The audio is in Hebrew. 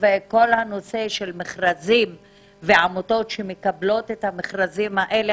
כל הנושא של מכרזים ועמותות שמקבלות את המכרזים האלה,